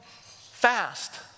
fast